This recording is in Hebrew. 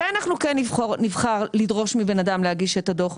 מתי אנחנו כן נבחר לדרוש מבן אדם להגיש את הדוח?